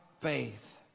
faith